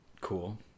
cool